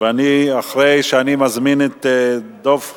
אחרי שאני מזמין את דב חנין,